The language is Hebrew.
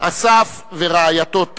אסף ורעייתו טל,